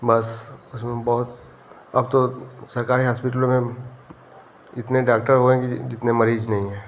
बस उसमें बहुत अब तो सरकारी हास्पिटलों में इतने डाक्टर हो गए हैं कि जितने मरीज नही है